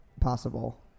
possible